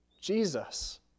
Jesus